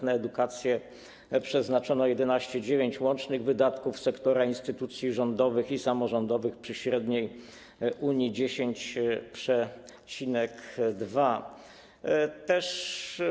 Na edukację przeznaczono 11,9% łącznych wydatków sektora instytucji rządowych i samorządowych, przy średniej Unii 10,2%.